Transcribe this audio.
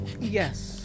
yes